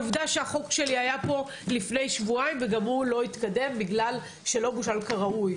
החוק שלי היה פה לפני שבועיים וגם הוא לא התקדם כי הוא לא מבושל כראוי.